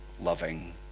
loving